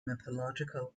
mythological